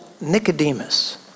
Nicodemus